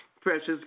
Precious